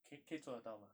可可以做的到吗